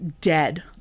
dead